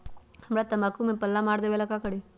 हमरा तंबाकू में पल्ला मार देलक ये ला का करी?